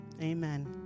Amen